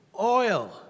oil